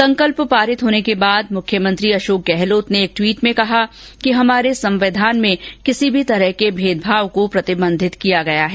संकल्प पारित होने के बाद मुख्यमंत्री अशोक गहलोत ने एक ट्वीट में कहा कि हमारे संविधान में किसी भी तरह के भेदभाव को प्रतिबंधित किया गया है